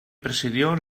presidió